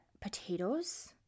potatoes